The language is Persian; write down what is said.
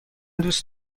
دوست